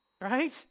Right